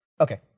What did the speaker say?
Okay